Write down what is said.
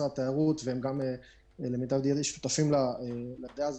ועם משרד התיירות והם גם שותפים לדעה הזאת,